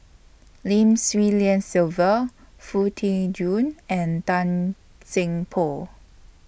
Lim Swee Lian Sylvia Foo Tee Jun and Tan Seng Poh